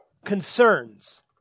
concerns